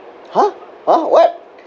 !huh! !huh! what